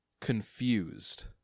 confused